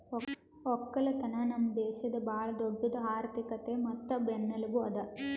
ಒಕ್ಕಲತನ ನಮ್ ದೇಶದ್ ಭಾಳ ದೊಡ್ಡುದ್ ಆರ್ಥಿಕತೆ ಮತ್ತ ಬೆನ್ನೆಲುಬು ಅದಾ